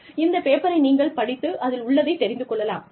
இந்த பேப்பரை நீங்கள் படித்து அதில் உள்ளதை தெரிந்து கொள்ளலாம்